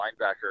linebacker